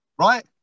right